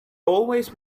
always